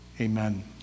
Amen